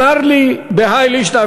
אמר לי כהאי לישנא,